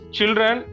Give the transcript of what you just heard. children